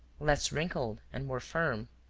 less wrinkled and more firm.